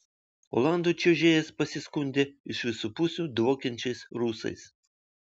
olandų čiuožėjas pasiskundė iš visų pusių dvokiančiais rusais